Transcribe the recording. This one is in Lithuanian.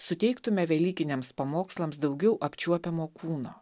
suteiktume velykiniams pamokslams daugiau apčiuopiamo kūno